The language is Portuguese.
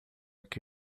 que